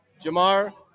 Jamar